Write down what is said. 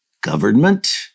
government